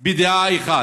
בדעה אחת: